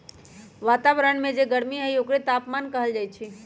वतावरन में जे गरमी हई ओकरे तापमान कहल जाई छई